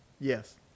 yes